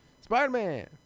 Spider-Man